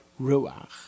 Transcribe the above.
Ruach